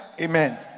amen